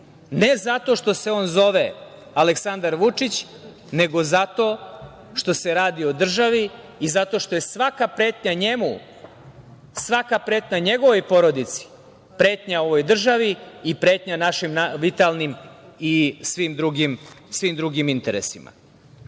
ne zato što se on zove Aleksandar Vučić, nego zato što se radi o državi i zato što je svaka pretnja njemu, svaka pretnja njegovoj porodici, pretnja ovoj državi i pretnja vitalnim i svim drugim interesima. Da